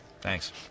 Thanks